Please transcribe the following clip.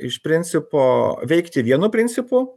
iš principo veikti vienu principu